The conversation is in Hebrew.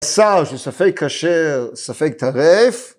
בשר, שספק כשר, ספק טרף.